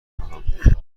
خواهم